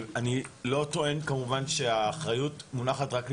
ואני לא טוען כמובן שהאחריות מונחת רק לפתחכם,